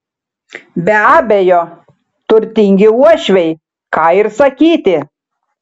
be abejo turtingi uošviai ką ir sakyti